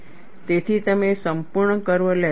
તેથી તમે સંપૂર્ણ કર્વ લેતા નથી